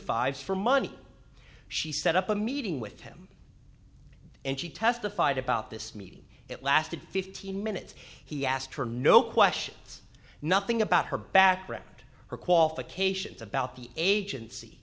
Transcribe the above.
five for money she set up a meeting with him and she testified about this meeting it lasted fifteen minutes he asked her no questions nothing about her background her qualifications about the agency